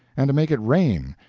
and to make it rain,